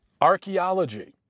Archaeology